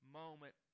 moment